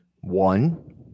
one